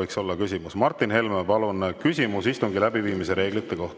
võiks olla küsimus. Martin Helme, palun, küsimus istungi läbiviimise reeglite kohta!